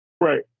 Right